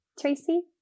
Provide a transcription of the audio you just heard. Tracy